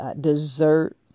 dessert